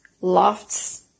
lofts